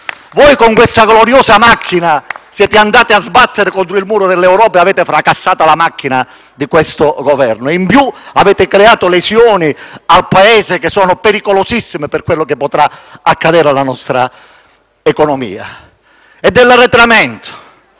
Voi con questa gloriosa macchina siete andati a sbattere contro il muro dell'Europa; avete fracassato la macchina di questo Governo e in più avete creato lesioni al Paese che sono pericolosissime per quello che potrà accadere alla nostra economia. È la legge